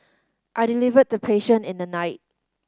I delivered the patient in the night